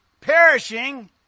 perishing